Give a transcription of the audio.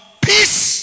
Peace